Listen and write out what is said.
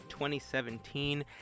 2017